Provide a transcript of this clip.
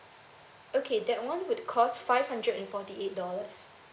okay that one would cost five hundred and forty eight dollars